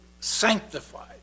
sanctified